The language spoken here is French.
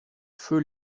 feu